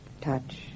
touch